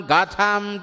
Gatham